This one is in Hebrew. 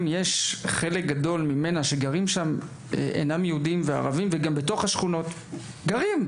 חלק גדול מתושבי ירושלים שהם לא יהודים זה בסדר גמור,